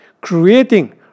Creating